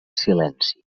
silenci